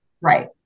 Right